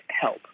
help